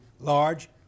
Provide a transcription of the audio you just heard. large